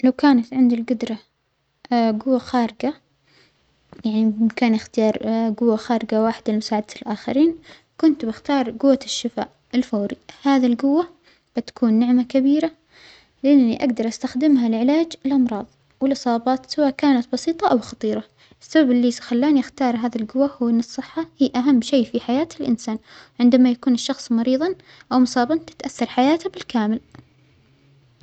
لو كانت عندى الجدرة جوة خارجة يعنى ممكن إختبار جوة خارجة واحدة لمساعدة الآخرين كنت بختار جوة الشفاء الفورى، هذا الجوة بتكون نعمة كبيرة لأنى أجدر أستخدمها لعلاج الأمراض والإصابات سواء كانت بسيطة أو خطيرة، السبب اللى ص-خلانى أختار هذا الجوة هو أن الصحة هى أهم شيء فى حياه الإنسان، عندما يكون الشخص مريظا أو مصابا تتأثر حياته بالكامل.